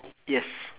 yes